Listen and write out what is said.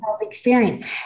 experience